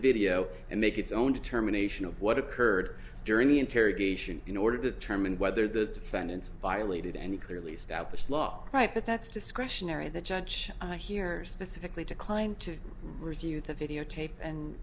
video and make its own determination of what occurred during the interrogation in order to determine whether the defendants violated any clearly established law right but that's discretionary the judge and here specifically declined to refute the video